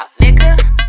nigga